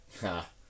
ha